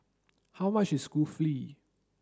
how much is Kulfi